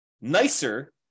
nicer